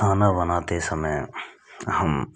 खाना बनाते समय हम